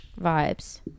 vibes